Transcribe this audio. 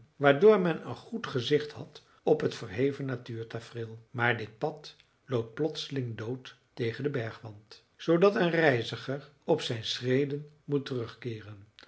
waardoor men een goed gezicht had op het verheven natuurtafereel maar dit pad loopt plotseling dood tegen den bergwand zoodat een reiziger op zijn schreden moet terugkeeren